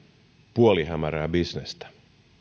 puolihämärää bisnestä